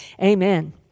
amen